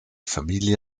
familie